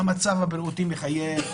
המצב הבריאותי מחייב.